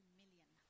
million